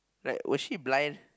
like was she blind